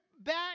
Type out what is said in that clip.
back